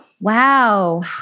wow